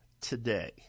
today